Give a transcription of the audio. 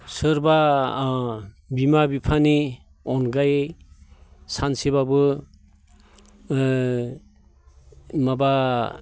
सोरबा बिमा बिफानि अनगायै सानसेब्लाबो माबा